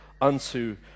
unto